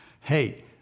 hey